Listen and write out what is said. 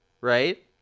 right